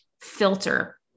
filter